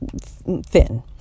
thin